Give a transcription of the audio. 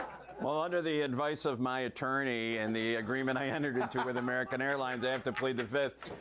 ah under the advice of my attorney and the agreement i entered into with american airlines, i have to plead the fifth.